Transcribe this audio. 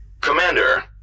Commander